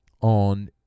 on